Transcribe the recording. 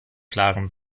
klaren